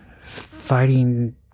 fighting